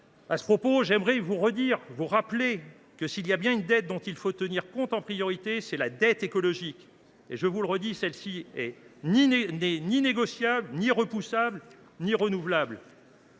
À ce propos, j’aimerais vous rappeler que s’il y a bien une dette dont il faut tenir compte en priorité, c’est la dette écologique ; et celle ci n’est ni négociable, ni repoussable, ni renouvelable.